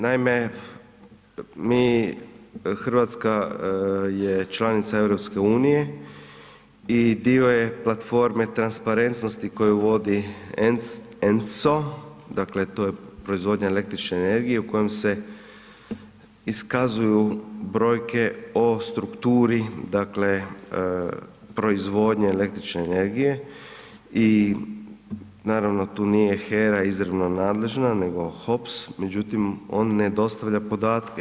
Naime, Hrvatska je članica EU i dio je platforme transparentnosti koju vodi ENCO dakle to je proizvodnja električne energije u kojem se iskazuju brojke o strukturi proizvodnje električne energije i naravno tu nije HERA izravno nadležna nego HOPS međutim on ne dostavlja podatke.